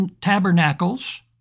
Tabernacles